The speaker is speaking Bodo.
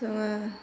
जोङो